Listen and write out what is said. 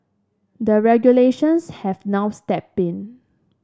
the regulations have now stepped in